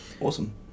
awesome